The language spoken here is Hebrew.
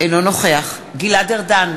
אינו נוכח גלעד ארדן,